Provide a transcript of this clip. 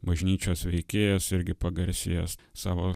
bažnyčios veikėjas irgi pagarsėjęs savo